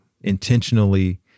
intentionally